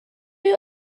you